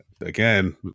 again